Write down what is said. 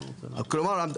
כלומר,